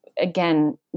again